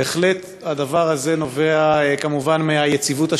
בהחלט, הדבר הזה נובע כמובן מהיציבות השלטונית,